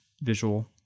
visual